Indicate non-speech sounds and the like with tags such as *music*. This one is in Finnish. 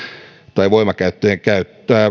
tai voimakeinojen käyttöä *unintelligible*